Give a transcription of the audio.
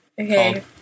Okay